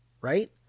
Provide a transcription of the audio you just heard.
right